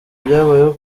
byabayeho